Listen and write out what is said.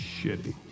shitty